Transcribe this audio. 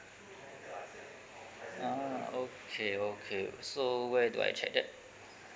ah okay okay so where do I check that